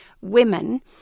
women